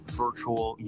virtual